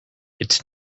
its